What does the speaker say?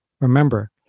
Remember